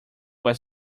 was